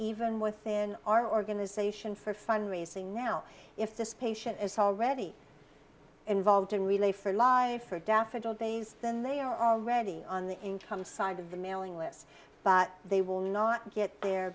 even within our organization for fund raising now if this patient is already involved in relay for life or death federal days then they are already on the income side of the mailing list but they will not get there